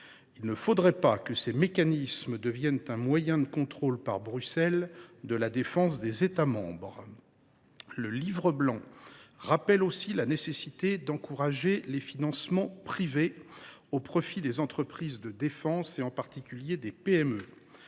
Il ne faudrait pas que ces mécanismes deviennent un moyen de contrôle par Bruxelles de la défense des États membres. Le livre blanc rappelle aussi la nécessité d’encourager les financements privés au profit des entreprises de défense, en particulier des PME.